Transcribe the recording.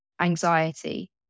anxiety